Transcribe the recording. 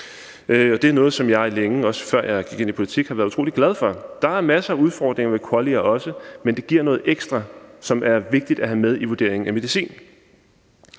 Det er noget, som jeg længe – også før jeg gik ind i politik – har været utrolig glad for. Der er masser af udfordringer også ved QALY'er, men det giver noget ekstra, som er vigtigt at have med i vurderingen af medicin.